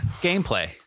gameplay